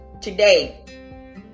Today